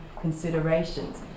considerations